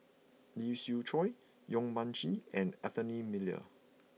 Lee Siew Choh Yong Mun Chee and Anthony Miller